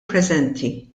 preżenti